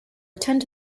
attend